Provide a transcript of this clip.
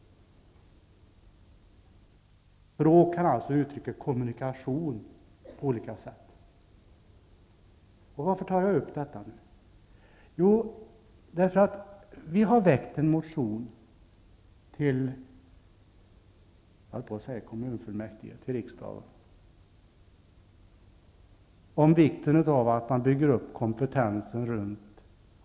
Språk kan alltså uttrycka kommunikation på olika sätt. Varför tar jag upp detta nu? Vi har väckt en motion till riksdagen om vikten av att man bygger upp kompetensen runt autism.